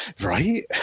right